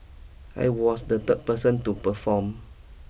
I was the third person to perform